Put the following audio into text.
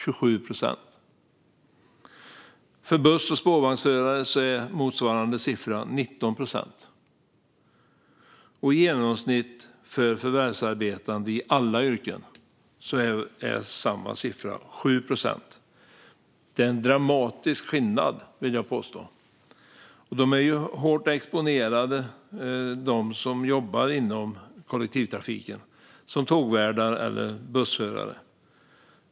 För buss och spårvagnsförare är motsvarande siffra 19 procent. I genomsnitt för förvärvsarbetande i alla yrken är siffran 7 procent. Det är en dramatisk skillnad, vill jag påstå. De som jobbar inom kollektivtrafiken som tågvärdar eller bussförare är hårt exponerade.